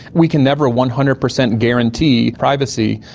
we can never one hundred percent guarantee privacy,